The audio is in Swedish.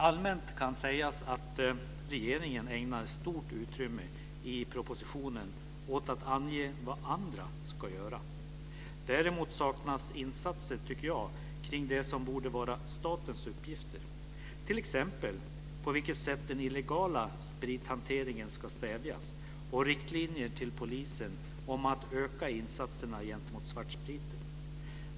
Allmänt kan sägas att regeringen ägnar stort utrymme i propositionen åt att ange vad andra ska göra. Däremot saknas insatser, tycker jag, när det gäller det som borde vara statens uppgifter. Det gäller t.ex. på vilket sätt den illegala sprithanteringen ska stävjas och riktlinjer till polisen om att öka insatserna gentemot svartspriten.